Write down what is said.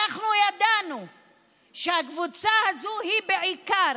אנחנו ידענו שהקבוצה הזאת היא בעיקר